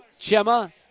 Chema